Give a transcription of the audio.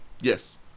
Yes